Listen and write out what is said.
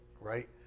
right